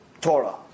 Torah